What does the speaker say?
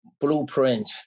blueprint